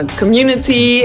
community